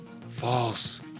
False